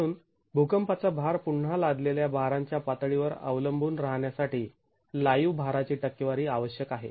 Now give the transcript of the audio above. म्हणून भूकंपाचा भार पुन्हा लादलेल्या भारांच्या पातळीवर अवलंबून राहण्यासाठी लाईव्ह भाराची टक्केवारी आवश्यक आहे